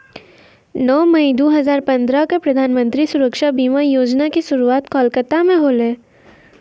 नौ मई दू हजार पंद्रह क प्रधानमन्त्री सुरक्षा बीमा योजना के शुरुआत कोलकाता मे होलै